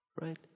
right